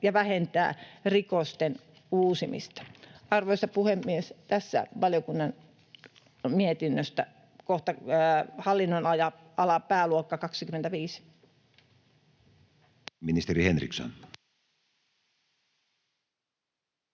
ja vähentää rikosten uusimista. Arvoisa puhemies! Tässä valiokunnan mietinnöstä hallinnonalalta ja pääluokasta 25. [Speech